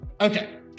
Okay